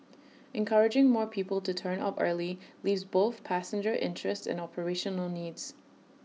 encouraging more people to turn up early leaves both passenger interests and operational needs